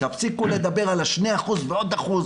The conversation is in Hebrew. תפסיקו לדבר על ה-2% ועוד 1%,